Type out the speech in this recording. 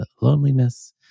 loneliness